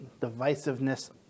divisiveness